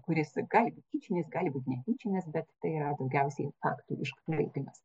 kuris gali būti tyčinis gali būti netyčinis bet tai yra daugiausiai faktų iškraipymas